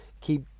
keep